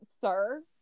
sir